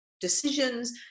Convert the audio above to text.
decisions